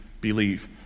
believe